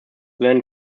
then